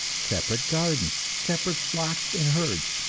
separate gardens, separate flocks and herds,